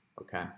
okay